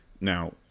now